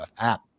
app